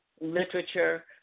literature